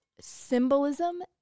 symbolism